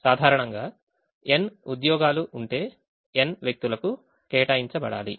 సాధారణంగా n ఉద్యోగాలు ఉంటే n వ్యక్తులకు కేటాయించబడాలి